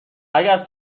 اگر